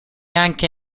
anche